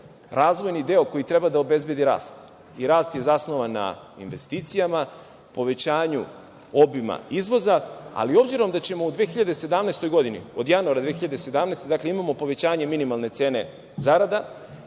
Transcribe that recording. razvojni deo koji treba da obezbedi rast i rast je zasnovan na investicijama, povećanju obima izvoza, ali obzirom da ćemo u 2017. godini, od januara 2017. godine, dakle, imamo povećanje minimalne cene zarada,